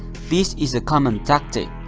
this is a common tactic.